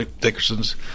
Dickerson's